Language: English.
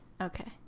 Okay